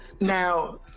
now